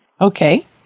Okay